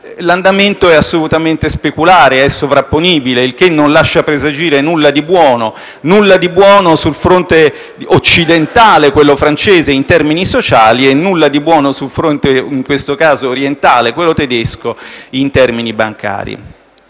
L'andamento è assolutamente speculare e sovrapponibile, il che non lascia presagire nulla di buono sul fronte occidentale, quello francese, in termini sociali e nulla di buono sul fronte orientale, quello tedesco, in termini bancari.